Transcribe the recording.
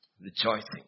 Rejoicing